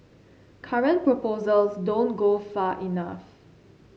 current proposals don't go far enough